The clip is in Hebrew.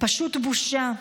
פשוט בושה.